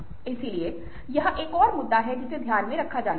इसलिए यह एक और मुद्दा है जिसे ध्यान में रखा जाना चाहिए